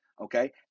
Okay